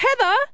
Heather